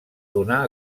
donar